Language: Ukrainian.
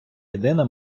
єдина